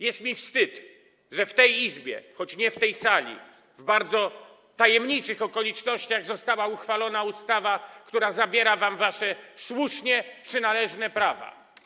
Jest mi wstyd, że w tej Izbie, choć nie w tej sali, w bardzo tajemniczych okolicznościach została uchwalona ustawa, która zabiera wam wasze słusznie przynależne prawa.